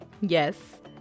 Yes